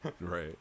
right